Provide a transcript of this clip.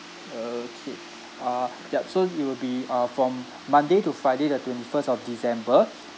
okay uh yup so it will be uh from monday to friday the twenty first of december